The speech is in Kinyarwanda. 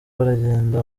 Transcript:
baragenda